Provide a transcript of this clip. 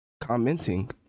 commenting